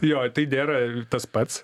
jo tai nėra tas pats